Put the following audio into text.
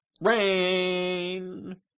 Rain